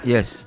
Yes